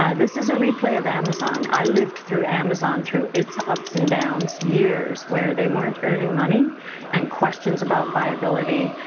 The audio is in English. this is a replay of amazon. i lived through amazon through its ups and downs. years where they weren't earning money and questions about viability.